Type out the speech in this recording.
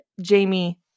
Jamie